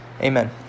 Amen